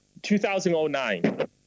2009